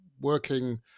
working